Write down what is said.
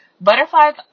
butterflies